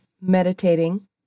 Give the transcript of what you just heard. meditating